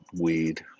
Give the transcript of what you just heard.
weed